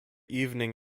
evening